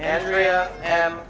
andrea and